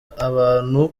abantu